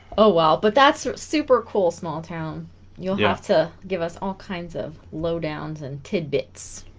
oh well but that's super cool small town you'll have to give us all kinds of low downs and tidbits